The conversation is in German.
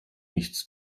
nichts